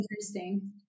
interesting